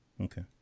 Okay